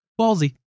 Ballsy